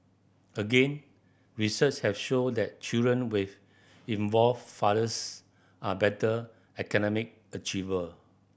again research have shown that children with involved fathers are better academic achiever